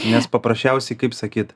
nes paprasčiausiai kaip sakyt